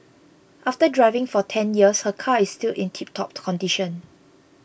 after driving for ten years her car is still in tiptop condition